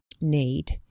need